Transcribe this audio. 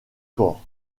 corps